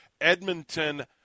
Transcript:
Edmonton